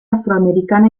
afroamericana